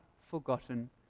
forgotten